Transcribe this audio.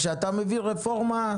כשאתה מביא רפורמה,